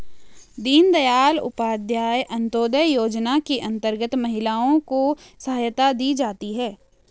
दीनदयाल उपाध्याय अंतोदय योजना के अंतर्गत महिलाओं को सहायता दी जाती है